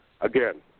Again